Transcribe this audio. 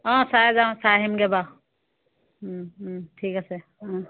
অঁ চাই যাওঁ চাই আহিমগে বাউ ঠিক আছে